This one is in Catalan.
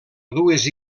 dues